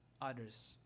others